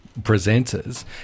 presenters